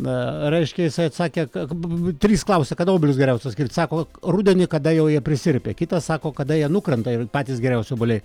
a reiškia jisai atsakė kad trys klausia kada obuolius geriausia skint rudenį kada jau jie prisirpę kitas sako kada jie nukrenta yra patys geriausi obuoliai